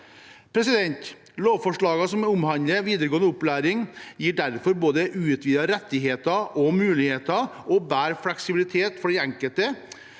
utdanning. Lovforslagene som omhandler videregående opplæring, gir derfor både utvidete rettigheter og muligheter og bedre fleksibilitet for den enkelte.